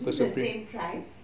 is this the same price